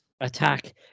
attack